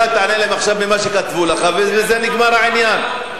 עכשיו תענה להם ממה שכתבו לך ובזה נגמר העניין.